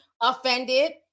offended